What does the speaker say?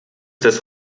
des